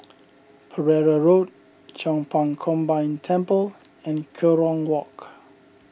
Pereira Road Chong Pang Combined Temple and Kerong Walk